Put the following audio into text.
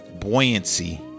buoyancy